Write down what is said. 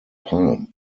palm